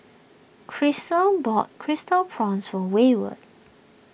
Krystal bought crystal Prawns for wayward